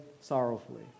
sorrowfully